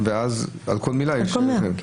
על כל מילה --- על כל מילה.